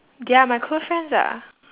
they are my girlfriends ah